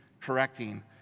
correcting